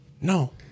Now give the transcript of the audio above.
No